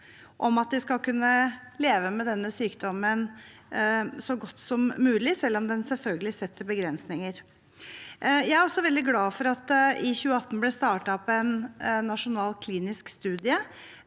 om at de skal kunne leve med denne sykdommen så godt som mulig, selv om den selvfølgelig setter begrensninger. Jeg er også veldig glad for at det i 2018 ble startet en nasjonal klinisk studie